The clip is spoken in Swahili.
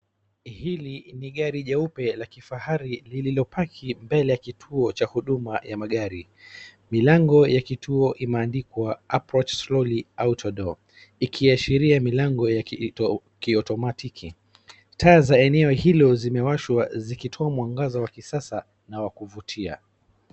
Hili ni gari jeupe la kifahari lililopaki mbele ya kituo cha huduma ya magari. Milango ya kituo imeandikwa approach slowly outer door ikiashiria milango ya kiotomatiki. Taa za eneo hilo zimewashwa zikitoa mwangaza wa kisasa na wa kuvutia.